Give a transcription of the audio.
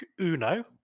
Uno